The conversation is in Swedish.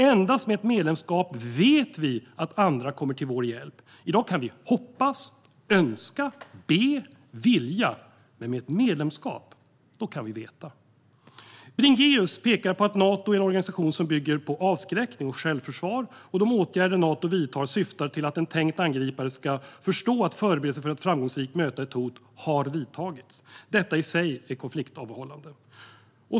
Endast med ett medlemskap vet vi att andra kommer till vår hjälp. I dag kan vi hoppas, önska, be och vilja. Med ett medlemskap kan vi veta. Bringéus pekar på att Nato är en organisation som bygger på avskräckning och självförsvar, och de åtgärder Nato vidtar syftar till att en tänkt angripare ska förstå att förberedelser för att framgångsrikt möta ett hot har vidtagits. Detta är i sig konfliktavhållande.